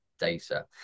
data